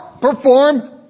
Perform